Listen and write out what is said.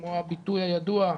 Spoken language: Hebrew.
כמו הביטוי הידוע,